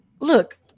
look